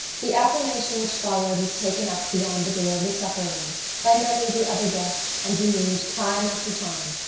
the acclamation which followed was taken up beyond the door of the supper-room by many of the other guests and renewed time after time,